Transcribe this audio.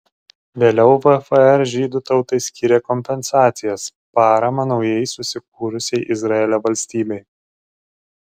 vėliau vfr žydų tautai skyrė kompensacijas paramą naujai susikūrusiai izraelio valstybei